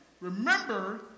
remember